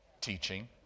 teaching